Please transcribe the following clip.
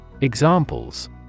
Examples